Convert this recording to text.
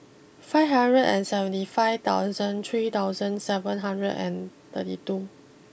five hundred and seventy five thousand three thousand seven hundred and thirty two